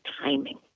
timing